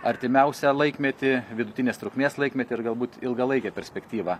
artimiausią laikmetį vidutinės trukmės laikmetį ir galbūt ilgalaike perspektyva